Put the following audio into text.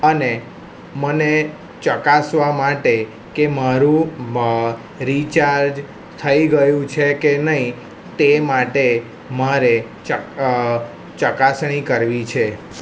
અને મને ચકાસવા માટે કે મારું રિચાર્જ થઈ ગયું છે કે નહીં તે માટે મારે ચક ચકાસણી કરવી છે